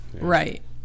right